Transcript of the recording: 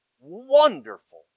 wonderful